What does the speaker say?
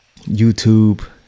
youtube